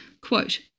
Quote